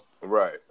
right